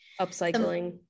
upcycling